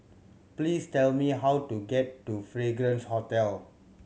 please tell me how to get to Fragrance Hotel